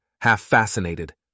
half-fascinated